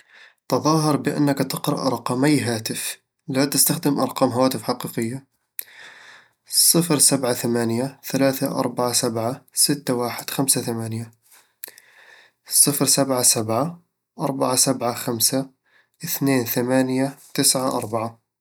تظاهر بأنك تقرأ رقمَي هاتف. لا تستخدم أرقام هواتف حقيقية. صفر سبعة ثمانية ثلاثة اربعة سبعة ستة واحد خمسة ثمانية صفر سبعة سبعة اربعة سبعة خمسة اثنين ثمانية تسعة اربعة